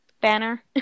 banner